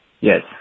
Yes